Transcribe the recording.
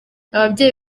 ababyeyi